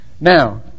Now